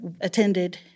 attended